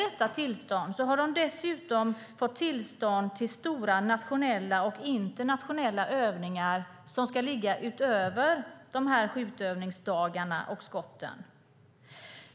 De har dessutom fått tillstånd till stora nationella och internationella övningar som ska ligga utöver dessa skjutövningsdagar och skott.